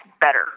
better